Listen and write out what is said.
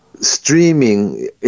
streaming